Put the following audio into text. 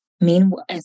Meanwhile